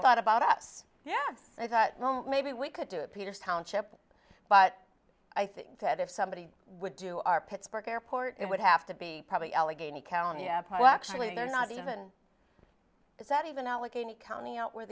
thought about us yes i thought well maybe we could do it peters township but i think that if somebody would do our pittsburgh airport it would have to be probably allegheny county actually they're not even is that even allegheny county where